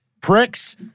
pricks